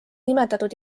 nimetatud